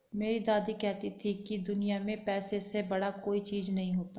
मेरी दादी कहती थी कि दुनिया में पैसे से बड़ा कोई चीज नहीं होता